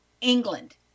England